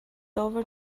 over